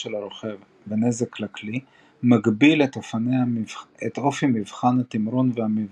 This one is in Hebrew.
של הרוכב ונזק לכלי מגביל את אופי מבחני התמרון המבוצעים.